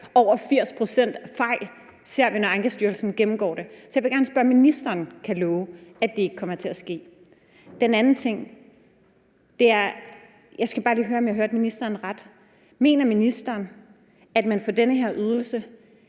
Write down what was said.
over 80 pct. af sagerne, når de gennemgår dem. Så jeg vil gerne spørge, om ministeren kan love, at det ikke kommer til at ske. Den anden ting er, at jeg bare lige skal høre, om jeg hørte ministeren ret: Mener ministeren, at man for den her ydelse